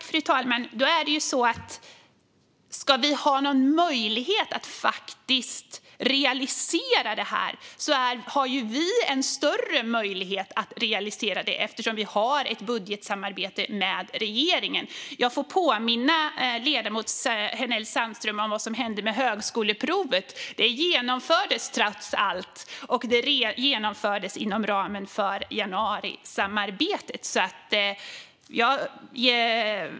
Fru talman! Vi har större möjlighet att realisera det här eftersom vi har ett budgetsamarbete med regeringen. Jag får påminna ledamot Hänel Sandström om vad som hände med högskoleprovet. Det genomfördes trots allt, och det genomfördes inom ramen för januarisamarbetet.